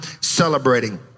celebrating